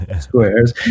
squares